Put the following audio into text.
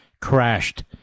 crashed